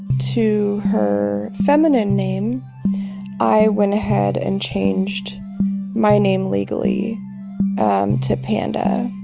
to her feminine name i went ahead and changed my name legally to panda.